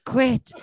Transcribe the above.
Quit